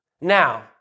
Now